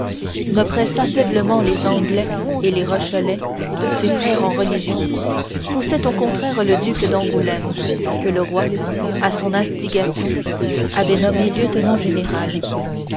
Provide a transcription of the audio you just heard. ne pressât faiblement les anglais et les rochelois ses frères en religion poussait au contraire le duc d'angoulême que le roi à son instigation avait nommé lieutenant général